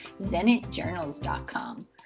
zenitjournals.com